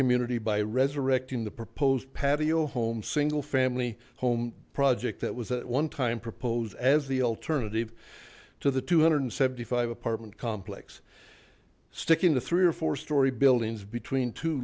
community by resurrecting the proposed patio home single family home project that was one time proposed as the alternative to the two hundred seventy five apartment complex sticking to three or four storey buildings between t